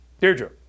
Deirdre